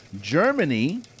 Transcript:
Germany